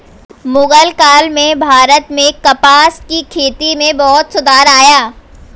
मुग़ल काल में भारत में कपास की खेती में बहुत सुधार आया